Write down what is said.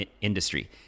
Industry